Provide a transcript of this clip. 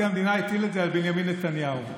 המדינה הטיל את זה על בנימין נתניהו.